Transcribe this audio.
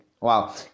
wow